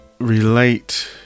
Relate